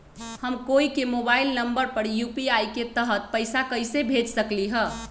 हम कोई के मोबाइल नंबर पर यू.पी.आई के तहत पईसा कईसे भेज सकली ह?